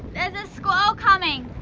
and squall coming.